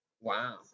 Wow